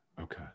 okay